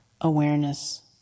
awareness